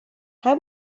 how